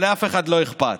אבל לאף אחד לא אכפת.